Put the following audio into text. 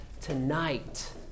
tonight